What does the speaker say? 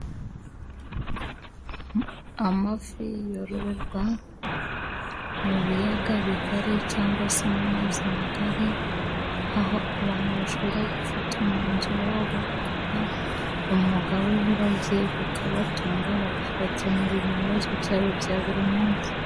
Amafi yororerwa mu biyaga bigari cyangwa se mu mazi magari, aho abantu bashobora gufata umwanzuro wo gukora umwuga w'uburobyi, ukabatunga ukabakemurira ibibazo byabo bya buri munsi.